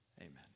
Amen